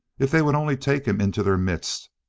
if they would only take him into their midst,